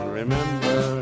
remember